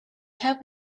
have